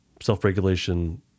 self-regulation